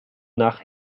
nach